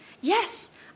Yes